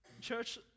church